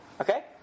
Okay